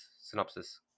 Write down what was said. synopsis